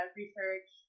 research